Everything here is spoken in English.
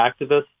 activists